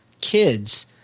kids